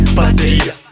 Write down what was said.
bateria